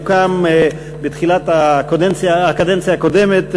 הוקם בתחילת הקדנציה הקודמת,